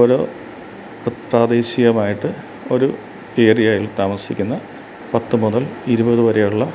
ഓരോ ഇപ്പം പ്രാദേശികമായിട്ട് ഒരു ഏരിയയില് താമസിക്കുന്ന പത്തു മുതല് ഇരുപതു വരെയുള്ള